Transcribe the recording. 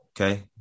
okay